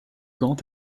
grand